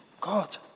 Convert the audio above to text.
God